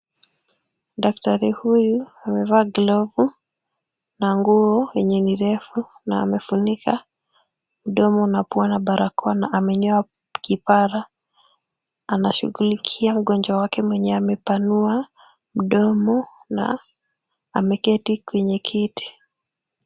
Daktari huyu amevaa glovu na nguo yenye ni refu na amefunika mdomo na pua na barakoa na amenyoa kipara. Anashughulikia mgonjwa wake mwenye amepanua mdomo na ameketi kwenye kiti.